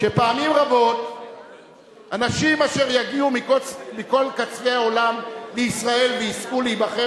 שפעמים רבות אנשים אשר יגיעו מכל קצווי העולם לישראל ויזכו להיבחר